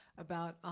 about,